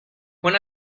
when